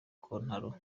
kontaro